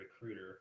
recruiter